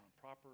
proper